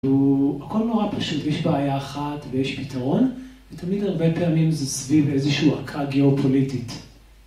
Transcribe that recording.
הכל נורא פשוט, יש בעיה אחת ויש פתרון, ותמיד הרבה פעמים זה סביב איזושהי עקה גיאופוליטית.